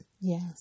Yes